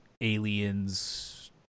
Aliens